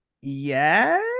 yes